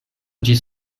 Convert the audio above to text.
ĝis